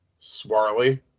Swarly